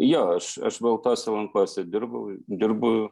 jo aš aš baltose lankose dirbau dirbu